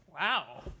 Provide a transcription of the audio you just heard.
wow